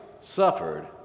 suffered